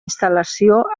instal·lació